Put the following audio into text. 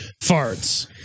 farts